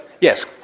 yes